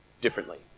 differently